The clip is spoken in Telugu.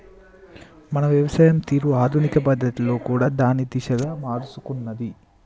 మన వ్యవసాయం తీరు ఆధునిక పద్ధతులలో దాని దిశ మారుసుకున్నాది